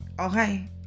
Okay